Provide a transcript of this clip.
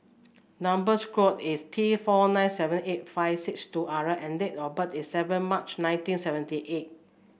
number square is T four nine seven eight five six two R and date of birth is seven March nineteen seventy eight